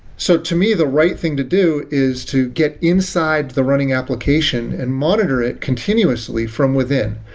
so to me, the right thing to do is to get inside the running application and monitor it continuously from within.